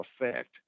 effect